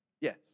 Yes